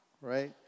right